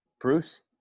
Bruce